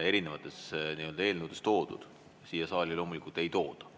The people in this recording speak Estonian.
eelnõudes toodud, siia saali loomulikult ei tooda.